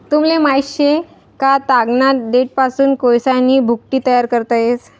तुमले माहित शे का, तागना देठपासून कोयसानी भुकटी तयार करता येस